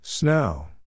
Snow